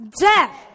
Death